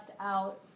out